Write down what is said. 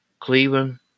Cleveland